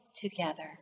together